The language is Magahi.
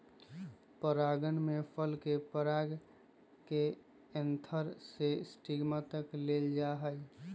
परागण में फल के पराग के एंथर से स्टिग्मा तक ले जाल जाहई